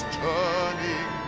turning